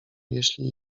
jeśli